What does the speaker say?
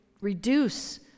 reduce